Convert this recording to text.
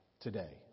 today